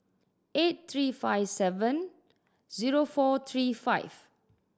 eight three five seven zero four three five